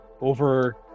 Over